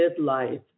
Midlife